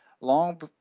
long